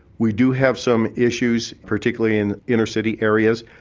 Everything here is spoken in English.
we do have some issues particularly in inner city areas,